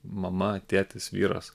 mama tėtis vyras